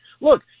Look